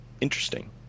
Interesting